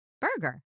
Burger